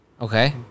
Okay